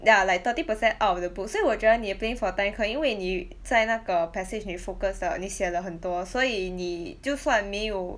ya like thirty percent out of the book 所以我觉得你的 playing for time 可以因为你在那个 passage 你 focus 的你写了很多所以你就算没有